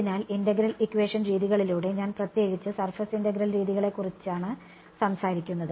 അതിനാൽ integral equation രീതികളിലൂടെ ഞാൻ പ്രത്യേകിച്ച് സർഫസ് ഇന്റഗ്രൽ രീതികളെക്കുറിച്ചാണ് സംസാരിക്കുന്നത്